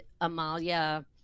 Amalia